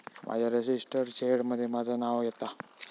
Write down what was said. माझ्या registered share मध्ये माझा नाव येता